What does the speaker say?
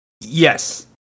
Yes